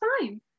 fine